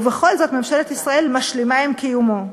ובכל זאת, ממשלת ישראל משלימה עם קיומו.